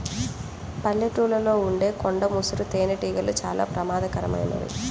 పల్లెటూళ్ళలో ఉండే కొండ ముసురు తేనెటీగలు చాలా ప్రమాదకరమైనవి